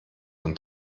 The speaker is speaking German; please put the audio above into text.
von